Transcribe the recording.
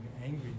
Angry